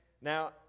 Now